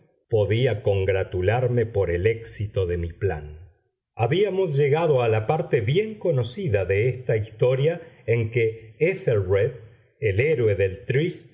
podía congratularme por el éxito de mi plan habíamos llegado a la parte bien conocida de esta historia en que éthelred el héroe del trist